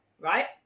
right